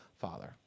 Father